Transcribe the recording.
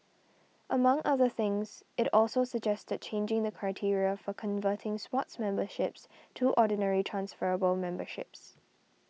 among other things it also suggested changing the criteria for converting Sports memberships to Ordinary transferable memberships